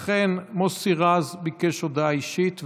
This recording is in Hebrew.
אכן, מוסי רז ביקש הודעה אישית.